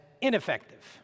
ineffective